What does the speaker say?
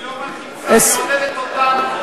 היא לא מלחיצה, היא מעודדת אותנו.